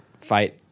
fight